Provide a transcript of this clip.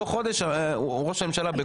תוך ראש הוא ראש הממשלה בפועל.